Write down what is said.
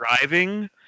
driving